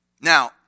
Now